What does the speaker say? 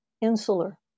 insular